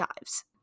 dives